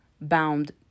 bound